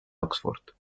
oxford